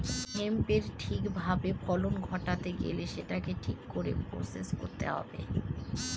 হেম্পের ঠিক ভাবে ফলন ঘটাতে গেলে সেটাকে ঠিক করে প্রসেস করতে হবে